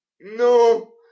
No